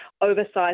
oversized